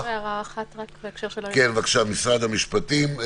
בבקשה, משרד המשפטים.